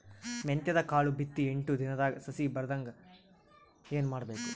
ಮೆಂತ್ಯದ ಕಾಳು ಬಿತ್ತಿ ಎಂಟು ದಿನದಾಗ ಸಸಿ ಬರಹಂಗ ಏನ ಮಾಡಬೇಕು?